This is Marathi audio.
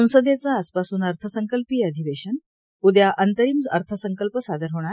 संसदेचं आजपासून अर्थसंकल्पीय अधिवेशन उद्या अंतरिम अर्थसंकल्प सादर होणार